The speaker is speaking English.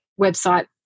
website